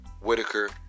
Whitaker